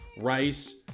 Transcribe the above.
rice